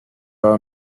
are